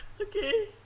Okay